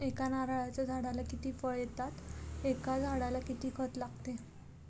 एका नारळाच्या झाडाला किती फळ येतात? एका झाडाला किती खत लागते?